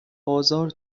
آزار